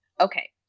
Okay